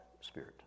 spirit